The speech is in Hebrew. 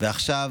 ועכשיו